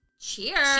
Cheers